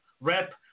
rep